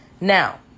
Now